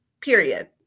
period